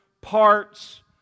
parts